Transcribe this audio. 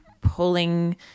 pulling